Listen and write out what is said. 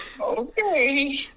okay